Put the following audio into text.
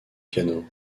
piano